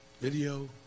video